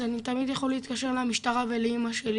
אז אני תמיד יכול להתקשר למשטרה ולאמא שלי